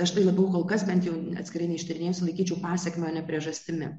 aš tai kol kas bent jau atskirai neištyrinėjusi laikyčiau pasekme o ne priežastimi